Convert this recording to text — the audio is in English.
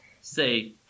say